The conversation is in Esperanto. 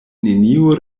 neniu